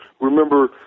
remember